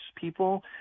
people